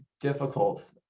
difficult